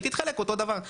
היא תתחלק אותו דבר.